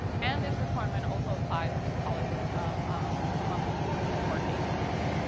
and this requirement also applies to policies of um moving to work agencies.